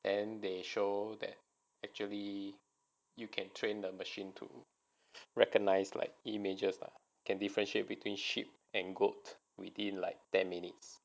then they show that actually you can train the machine to recognise like images lah can differentiate between sheep and goat within like ten minutes